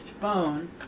phone